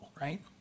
right